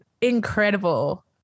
incredible